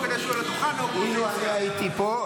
כדי שהוא על הדוכן --- אילו אני הייתי פה,